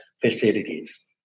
facilities